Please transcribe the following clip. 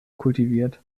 kultiviert